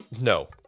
No